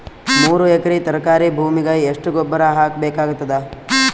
ಮೂರು ಎಕರಿ ತರಕಾರಿ ಭೂಮಿಗ ಎಷ್ಟ ಗೊಬ್ಬರ ಹಾಕ್ ಬೇಕಾಗತದ?